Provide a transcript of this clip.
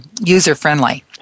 user-friendly